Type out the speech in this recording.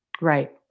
Right